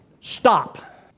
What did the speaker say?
stop